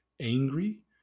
angry